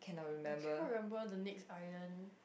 I can't remember the next island